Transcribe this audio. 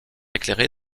éclairée